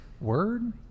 word